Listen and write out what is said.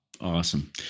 awesome